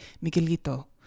Miguelito